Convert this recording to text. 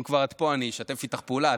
אם כבר את פה, אני אשתף איתך פעולה.